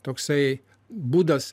toksai būdas